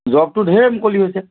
জবটো ঢেৰ মুকলি হৈছে